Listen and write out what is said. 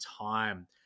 time